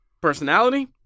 personality